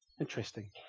Interesting